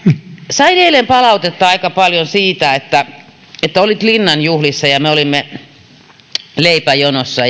sain eilen aika paljon palautetta facebook sivuilleni siitä että olit linnan juhlissa ja me olimme leipäjonossa